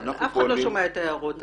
אף אחד לא שומע את ההערות האלה.